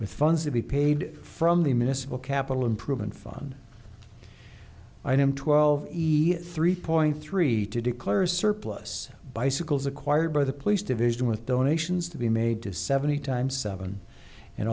with funds to be paid from the municipal capital improvement fun item twelve three point three to declare a surplus bicycles acquired by the police division with donations to be made to seventy times seven and